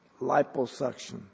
liposuction